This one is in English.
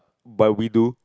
but we do